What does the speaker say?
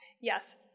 Yes